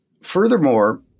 Furthermore